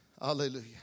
hallelujah